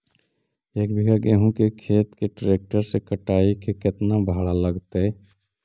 एक बिघा गेहूं के खेत के ट्रैक्टर से कटाई के केतना भाड़ा लगतै?